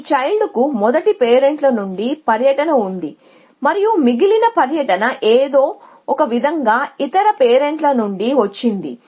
ఈ చైల్డ్ కు మొదటి పేరెంట్ల నుండి పర్యటన ఉంది మరియు మిగిలిన పర్యటన ఏదో ఒకవిధంగా ఇతర పేరెంట్ల నుండి వచ్చింది